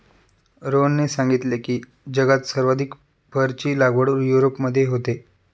रोहनने सांगितले की, जगात सर्वाधिक फरची लागवड युरोपमध्ये होते